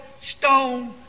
stone